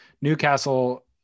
newcastle